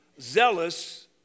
zealous